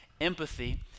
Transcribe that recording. Empathy